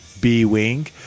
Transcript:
B-Wing